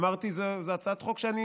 אמרתי: זאת הצעת חוק שאני